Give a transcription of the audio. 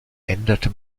änderte